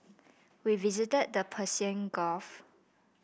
we visited the Persian Gulf